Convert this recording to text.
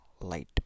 light